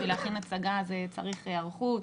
להכין הצגה זה צריך היערכות,